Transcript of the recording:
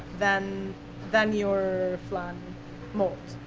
than than your flan mold.